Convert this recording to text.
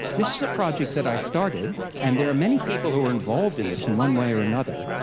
this is a project that i started, and there are many people who are involved in this in one way or another,